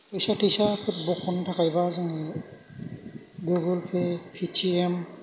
फैसा थैसाफोर बहननो थाखाय बा जों गुगोल पे पेटिएम